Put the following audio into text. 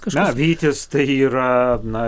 na vytis tai yra na